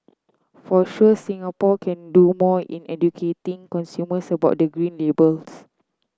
for sure Singapore can do more in educating consumers about the Green Labels